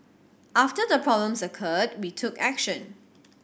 after the problems occurred we took action